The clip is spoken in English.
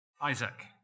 Isaac